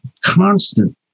constant